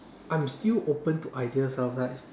I'm still open to ideas sometimes